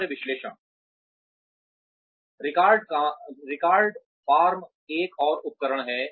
कार्य विश्लेषण Task analysis record form एक और उपकरण है